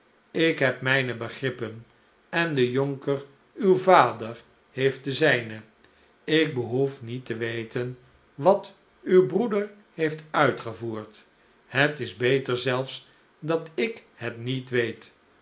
ik heb mijne begrippen en de jonker uw vader heeft de zijne ik behoef niet te weten wat uw broeder heeft uitgevoerd het is beter zelfs dat ik het niet weet